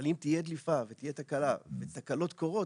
אבל אם תהיה דליפה ותהיה תקלה, ותקלות קורות